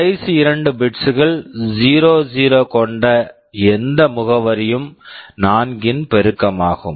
கடைசி இரண்டு bits bits கள் 00 கொண்ட எந்த முகவரியும் 4 இன் பெருக்கமாகும்